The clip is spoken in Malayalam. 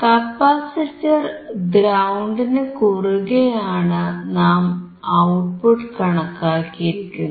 കപ്പാസിറ്റർ ഗ്രൌണ്ടിനു കുറുകേയാണ് നാം ഔട്ട്പുട്ട് കണക്കാക്കിയിരുന്നത്